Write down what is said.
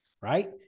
Right